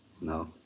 No